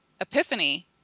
epiphany